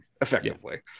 effectively